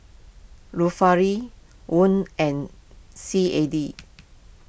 Won and C A D